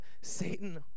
Satan